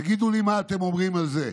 תגידו לי מה אתם אומרים על זה: